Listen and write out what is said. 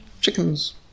chickens